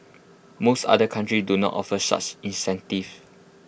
most other countries do not offer such incentives